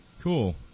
Cool